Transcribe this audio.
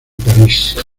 parís